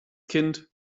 kind